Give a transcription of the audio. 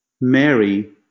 Mary